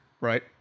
right